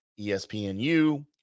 ESPNU